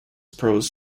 prose